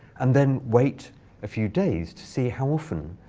and then wait a few days to see how often